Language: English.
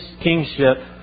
kingship